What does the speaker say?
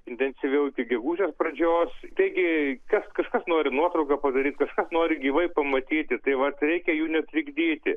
intensyviau iki gegužės pradžios taigi kas kažkas nori nuotrauką padaryti kažkas nori gyvai pamatyti tai vat reikia jų netrikdyti